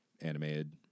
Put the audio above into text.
animated